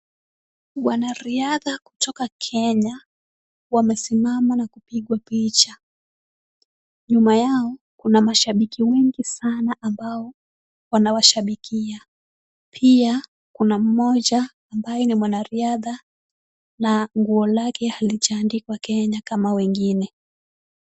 Wanariadha kutoka Kenya wamesimama na kupigwa picha. Nyuma yao kuna mashabiki wengi sana ambao wanawashabikia. Pia kuna mmoja ambaye ni mwanariadha na nguo yake haijaandikwa Kenya kama wengine.